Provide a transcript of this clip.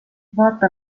vaata